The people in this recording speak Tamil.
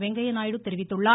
வெங்கைய நாயுடு தெரிவித்துள்ளார்